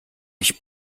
ich